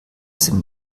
sind